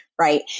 right